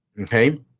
okay